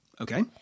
Okay